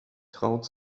traut